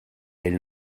ell